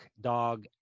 dog